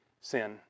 sin